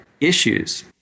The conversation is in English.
issues